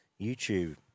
YouTube